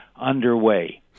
underway